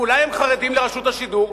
ואולי הם חרדים לרשות השידור.